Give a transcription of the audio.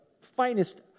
finest